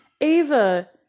Ava